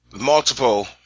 multiple